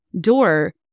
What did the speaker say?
door